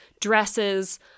dresses